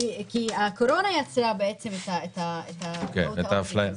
כי הקורונה יצרה בעצם את האשליה הזאת.